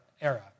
era